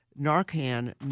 Narcan